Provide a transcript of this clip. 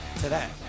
today